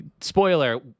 spoiler